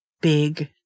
big